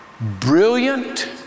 brilliant